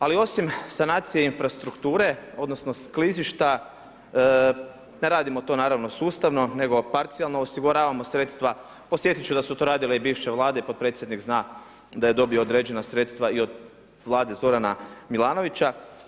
Ali osim sanacije infrastrukture, odnosno klizišta, ne radimo to naravno sustavno nego parcijalno osiguravamo sredstva, podsjetiti ću da su to radile i bivše Vlade i potpredsjednik zna da je dobio određena sredstva i od Vlade Zorana Milanovića.